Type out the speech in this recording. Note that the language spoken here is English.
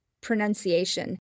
pronunciation